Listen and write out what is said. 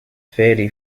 fairly